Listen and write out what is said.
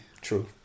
True